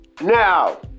Now